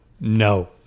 no